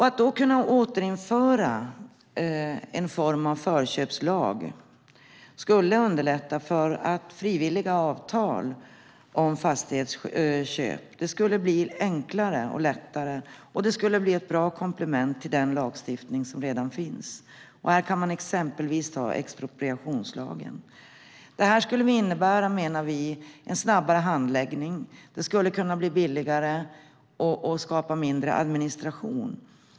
Att då kunna återinföra en form av förköpslag skulle underlätta för frivilliga avtal om fastighetsköp. Det skulle bli enklare och lättare, och det skulle bli ett bra komplement till den lagstiftning som redan finns, till exempel expropriationslagen. Det här skulle innebära, menar vi, en snabbare handläggning. Det skulle kunna bli billigare och skapa mindre administration.